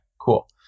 cool